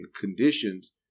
conditions